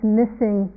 missing